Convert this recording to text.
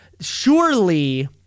Surely